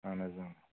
اَہَن حَظ